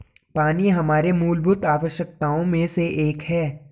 पानी हमारे मूलभूत आवश्यकताओं में से एक है